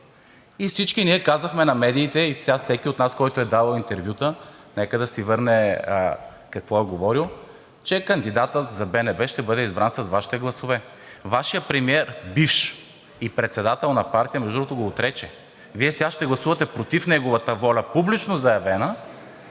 Всички ние казвахме на медиите и всеки от нас, който е давал интервюта, нека да си върне какво е говорил, че кандидатът за БНБ ще бъде избран с Вашите гласове. Вашият премиер – бивш, и председател на партия, между другото, го отрече. Вие сега ще гласувате против неговата воля, публично заявена,